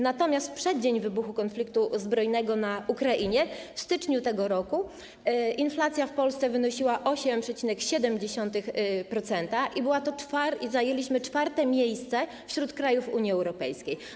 Natomiast w przeddzień wybuchu konfliktu zbrojnego na Ukrainie w styczniu tego roku inflacja w Polsce wynosiła 8,7% i zajęliśmy czwarte miejsce wśród krajów Unii Europejskiej.